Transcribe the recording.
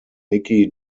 nikki